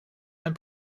ein